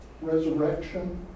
resurrection